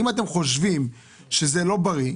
אם אתם חושבים שזה לא בריא,